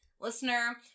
listener